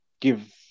give